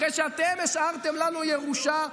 אחרי שאתם השארתם לנו ירושה,